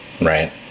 Right